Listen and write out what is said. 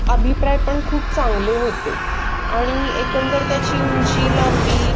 अभिप्राय पण खूप चांगले होते आणि एकंदर त्याची उंची लांबी